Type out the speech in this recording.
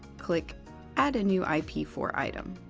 click add a new i p four item.